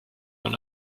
dans